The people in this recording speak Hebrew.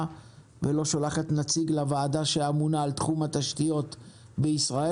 ולא שולחת נציג לוועדה שאמונה על תחום התשתיות בישראל.